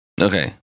Okay